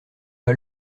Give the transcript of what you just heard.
pas